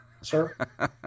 Sir